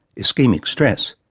ischaemic stress,